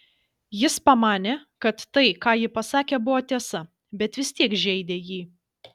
jis pamanė kad tai ką ji pasakė buvo tiesa bet vis tiek žeidė jį